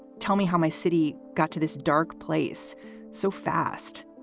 tell me how my city got to this dark place so fast.